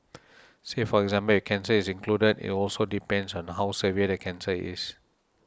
say for example if cancer is included it also depends on how severe the cancer is